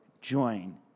join